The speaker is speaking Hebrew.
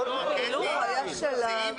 קטי,